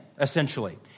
essentially